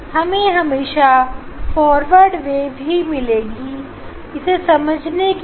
हमें हमेशा फॉरवर्ड बेब ही मिलेंगी इसे समझने के लिए